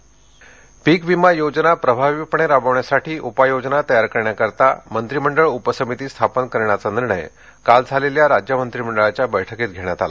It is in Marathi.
मंत्रिमंडळ पीक विमा योजना प्रभावीपणे राबवण्यासाठी उपाययोजना तयार करण्याकरिता मंत्रिमंडळ उपसमिती स्थापन करण्याचा निर्णय काल झालेल्या राज्य मंत्रिमंडळाच्या बैठकीत घेण्यात आला